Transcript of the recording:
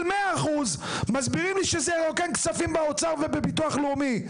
100% מסבירים לי שזה ירוקן כספים באוצר ובביטוח הלאומי.